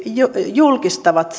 julkistavat